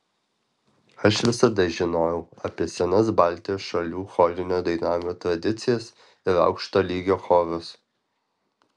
aš visada žinojau apie senas baltijos šalių chorinio dainavimo tradicijas ir aukšto lygio chorus